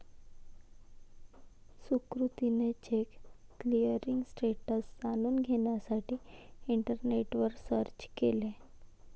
सुकृतीने check clearing status जाणून घेण्यासाठी इंटरनेटवर सर्च केले